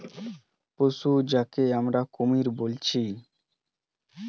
crocodile এক ধরণের সরীসৃপ হিংস্র পশু যাকে আমরা কুমির বলছি